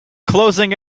closing